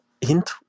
hint